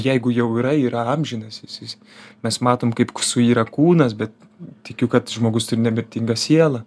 jeigu jau yra yra amžinas jis jis mes matom kaip suyra kūnas bet tikiu kad žmogus turi nemirtingą sielą